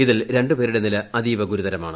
ഇതിൽ രണ്ടുപേരുടെ നില അതീവ ഗുരുതരമാണ്